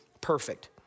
perfect